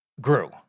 grew